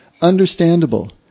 Understandable